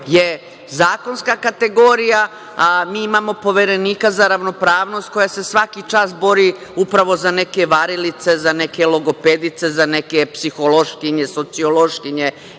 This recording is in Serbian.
je zakonska kategorija, a mi imamo Poverenika za ravnopravnost koja se svaki čas bori upravo za neke varilice, za neke logopedice, za neke psihološkinje, sociološkinje